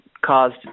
caused